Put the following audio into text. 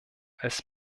als